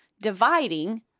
dividing